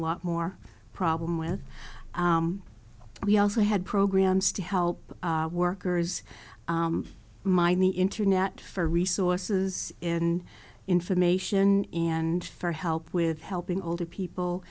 lot more problem with we also had programs to help workers mind the internet for resources and information and for help with helping older people